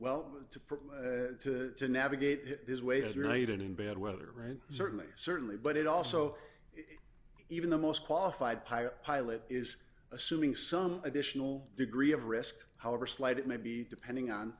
well to put to navigate it this way is united in bad weather right certainly certainly but it also even the most qualified pilot pilot is assuming some additional degree of risk however slight it may be depending on